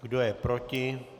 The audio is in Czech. Kdo je proti?